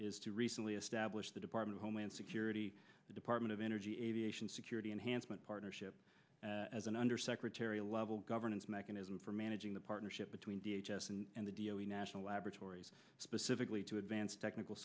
is to recently establish the department of homeland security department of energy aviation security enhancements partnership as an undersecretary level governance mechanism for managing the partnership between the h s and the d o d national laboratories specifically to advance technical